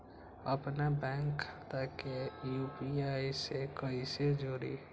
अपना बैंक खाता के यू.पी.आई से कईसे जोड़ी?